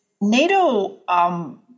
NATO –